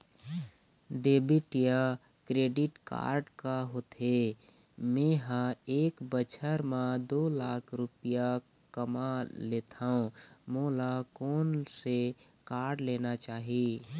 Debit या credit card का होथे, मे ह एक बछर म दो लाख रुपया कमा लेथव मोला कोन से कारड लेना चाही?